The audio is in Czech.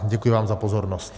Děkuji vám za pozornost.